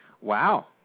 Wow